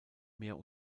mehr